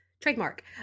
Trademark